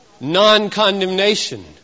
non-condemnation